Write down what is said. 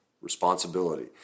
responsibility